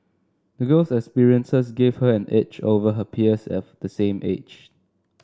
the girl's experiences gave her an edge over her peers of the same age